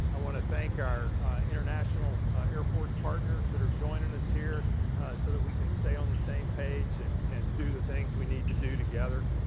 i wanna thank our international air force partners that are joining us here so that we can stay on the same page and and do the things we need to do together.